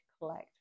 collect